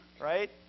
Right